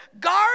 guard